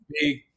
big